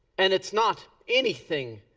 and it's not anything